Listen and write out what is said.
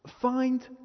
find